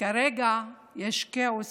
כרגע יש כאוס